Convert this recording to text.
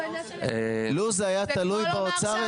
לו אם זה היה תלוי באוצר,